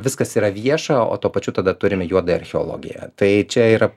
viskas yra vieša o tuo pačiu tada turime juodąją archeologiją tai čia yra